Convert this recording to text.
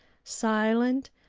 silent,